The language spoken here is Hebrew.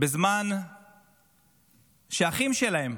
בזמן שאחים שלהם